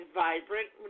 vibrant